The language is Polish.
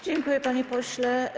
Dziękuję, panie pośle.